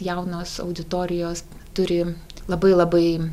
jaunos auditorijos turi labai labai